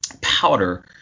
powder